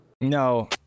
No